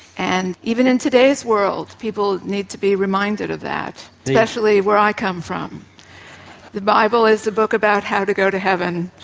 and even in today's world people need to be reminded of that, especially where i come from, that the bible is a book about how to go to heaven,